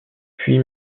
puis